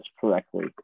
correctly